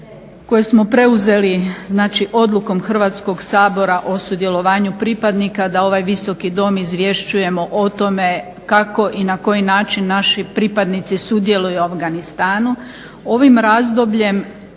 koje smo preuzeli odlukom Hrvatskog sabora o sudjelovanju pripadnika da ovaj Visoki dom izvješćujemo o tome kako i na koji način naši pripadnici sudjeluju u Afganistanu. Ovim razdobljem